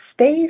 space